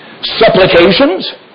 supplications